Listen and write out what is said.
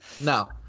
No